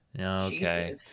Okay